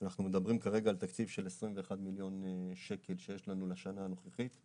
אנחנו מדברים כרגע על תקציב של 21 מיליון שקלים שיש לנו לשנה הנוכחית.